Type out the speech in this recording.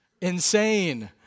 insane